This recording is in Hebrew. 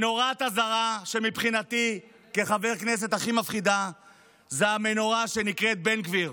נורת האזהרה שמבחינתי כחבר כנסת הכי מפחידה זו הנורה שנקראת בן גביר.